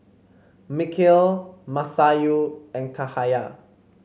Mikhail Masayu and Cahaya